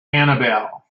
annabelle